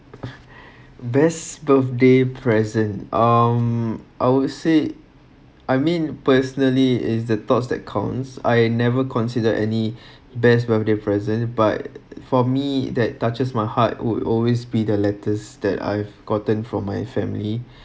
best birthday present um I would say I mean personally is the thought that counts I never considered any best birthday present but for me that touches my heart would always be the letters that I've gotten from my family